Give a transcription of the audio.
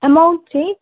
amount चाहिँ